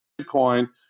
Bitcoin